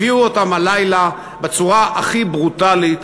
הביאו אותם הלילה בצורה הכי ברוטלית,